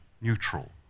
neutral